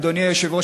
אדוני היושב-ראש,